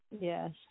Yes